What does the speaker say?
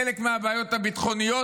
חלק מהבעיות הביטחוניות,